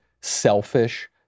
selfish